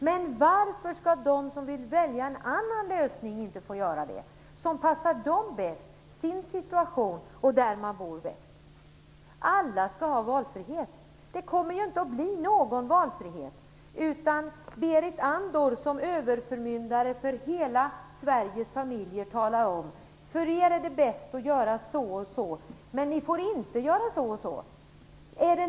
Men varför skall de som vill välja en annan lösning inte få göra det, dvs. en lösning som passar dem bäst för deras situation och där de bor? Alla skall ha valfrihet. Det kommer inte att bli någon valfrihet. Berit Andnor, överförmyndare för hela Sveriges familjer, talar om att det är bäst för dem att göra så och så men de får inte göra så och så.